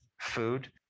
food